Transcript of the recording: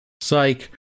psych